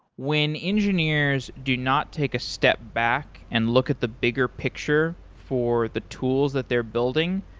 when engineers do not take a step back and look at the bigger picture for the tools that they're building,